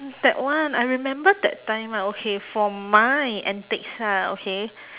that one I remember that time ah okay for my antics ah okay